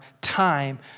time